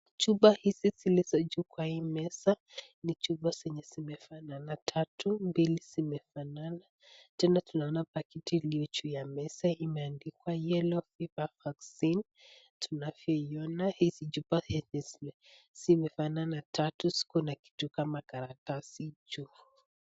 Chupa hizi zilizo juu kwa hii meza ni chupa zenye zimefanana tatu, mbili zimefanana. Tena tunaona pakiti iliyo juu ya meza imeandikwa yellow fever vaccine . Tunavyoiona hizi chupa zenye zimefanana tatu ziko na vitu kama makaratasi juu.